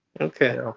Okay